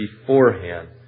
beforehand